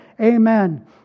Amen